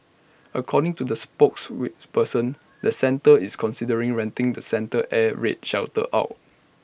according to the spokes which person the centre is considering renting the center air raid shelter out